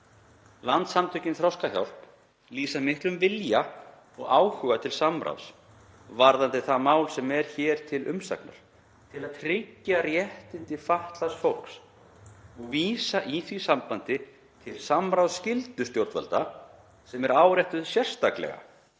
Landssamtökin Þroskahjálp lýsa miklum vilja og áhuga til samráðs varðandi það mál sem hér er til umsagnar til að tryggja réttindi fatlaðs fólks og vísa í því sambandi til samráðsskyldu stjórnvalda sem er áréttuð sérstaklega